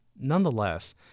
Nonetheless